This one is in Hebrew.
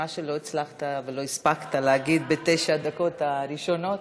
מה שלא הצלחת ולא הספקת להגיד בתשע הדקות הראשונות,